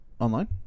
Online